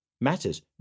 Matters